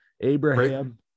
Abraham